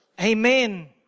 Amen